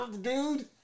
dude